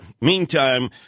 Meantime